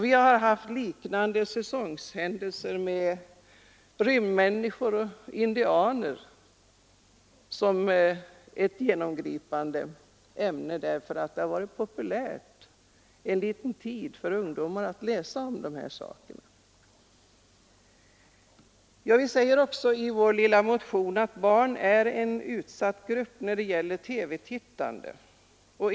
Vi har haft liknande säsongsproduktioner med rymdmänniskor eller indianer som genomgående ämnen; det har då under en liten tid varit populärt bland ungdomarna att läsa om dessa saker. Vi säger också i vår motion att barn är en utsatt grupp när det gäller TV-tittande.